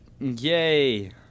Yay